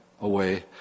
away